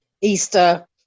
easter